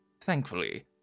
thankfully